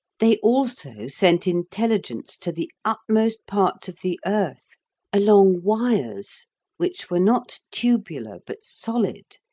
they also sent intelligence to the utmost parts of the earth along wires which were not tubular, but solid,